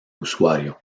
usuario